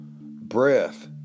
breath